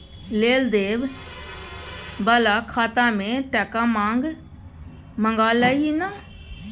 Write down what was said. लेब देब बला खाता मे टका मँगा लय ना